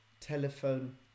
telephone